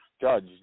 judge